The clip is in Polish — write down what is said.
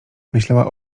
myślała